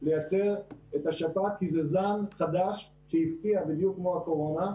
לייצר כי זה זן חדש שהפתיע בדיוק כמו הקורונה,